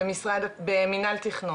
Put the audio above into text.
במינהל התכנון.